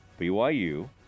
BYU